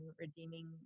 redeeming